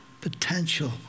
potential